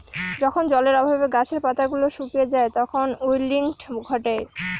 যখন জলের অভাবে গাছের পাতা গুলো শুকিয়ে যায় তখন উইল্টিং ঘটে